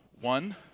One